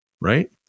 right